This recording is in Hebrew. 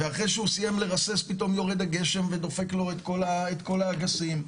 ואחרי שהוא סיים לרסס פתאום יורד הגשם ודופק לו את כל האגסים.